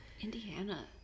indiana